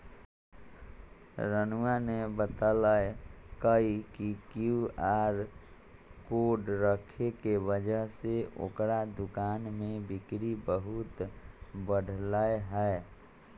रानूआ ने बतल कई कि क्यू आर कोड रखे के वजह से ओकरा दुकान में बिक्री बहुत बढ़ लय है